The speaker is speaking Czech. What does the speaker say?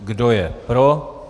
Kdo je pro?